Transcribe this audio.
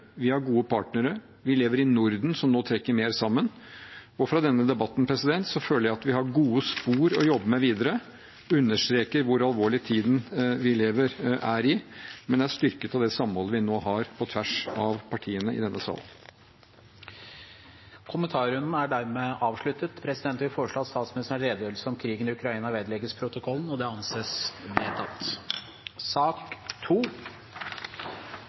vi har gode partnere, vi lever i Norden, som nå trekker mer sammen, og etter denne debatten føler jeg at vi har gode spor å jobbe med videre. Jeg understreker hvor alvorlig tiden vi lever i, er, men er styrket av det samholdet vi nå har på tvers av partiene i denne sal. Kommentarrunden er dermed avsluttet. Presidenten vil foreslå at statsministerens redegjørelse om krigen i Ukraina vedlegges protokollen. – Det anses vedtatt.